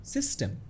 System